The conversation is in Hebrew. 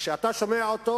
כשאתה שומע אותו